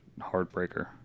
heartbreaker